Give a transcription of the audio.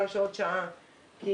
מהמקרה של הבן אדם שעוד שעה אמור להיקבר